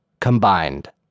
combined